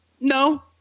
No